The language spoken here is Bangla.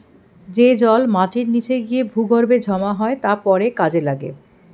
যে জল মাটির নিচে গিয়ে ভূগর্ভে জমা হয় তা পরে কাজে লাগে